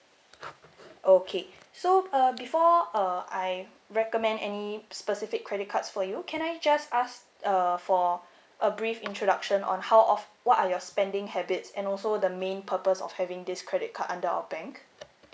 okay so uh before uh I recommend any specific credit cards for you can I just ask uh for a brief introduction on how of what are your spending habits and also the main purpose of having this credit card under our bank